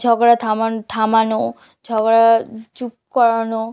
ঝগড়া থামা থামানো ঝগড়া চুপ করানো